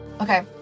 Okay